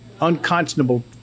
unconscionable